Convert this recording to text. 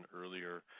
earlier